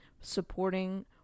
supporting